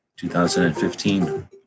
2015